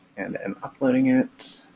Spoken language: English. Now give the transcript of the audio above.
and am uploading it.